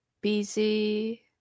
busy